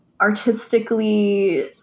artistically